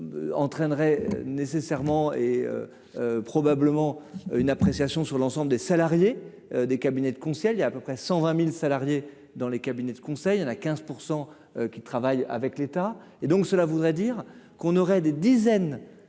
entraînerait nécessairement et probablement une appréciation sur l'ensemble des salariés, des cabinets de conseil, il y a à peu près 120000 salariés dans les cabinets de conseil en à 15 % qui travaille avec l'État et donc cela voudrait dire qu'on aurait des dizaines